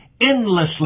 endlessly